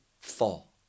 fall